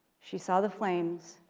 she saw the flames,